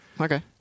okay